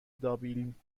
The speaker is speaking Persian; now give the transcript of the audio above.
دابلین